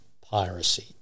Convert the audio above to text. piracy